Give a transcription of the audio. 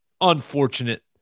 unfortunate